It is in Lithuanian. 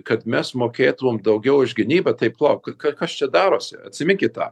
kad mes mokėtumėm daugiau už gynybą taip palaukit kas čia darosi atsiminkit tą